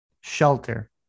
shelter